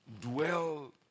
dwell